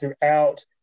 throughout